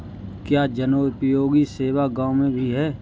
क्या जनोपयोगी सेवा गाँव में भी है?